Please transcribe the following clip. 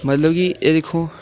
मतलब कि एह् दिक्खो